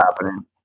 happening